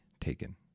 taken